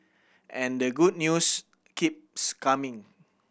and the good news keeps coming